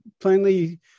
plainly